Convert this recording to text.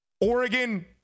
Oregon